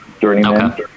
journeyman